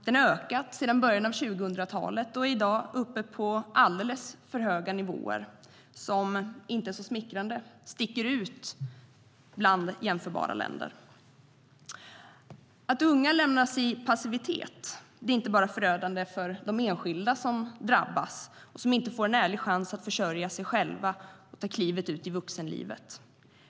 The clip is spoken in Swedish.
Den har ökat sedan i början av 2000-talet och är i dag uppe på alldeles för höga nivåer som inte så smickrande sticker ut bland jämförbara länder. Att unga lämnas i passivitet är inte bara förödande för de enskilda som drabbas och som inte får en ärlig chans att försörja sig själva och ta klivet ut i vuxenlivet.